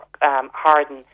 harden